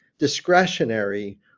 discretionary